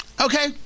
okay